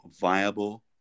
viable